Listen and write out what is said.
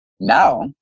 Now